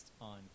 on